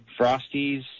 Frosties